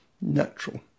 natural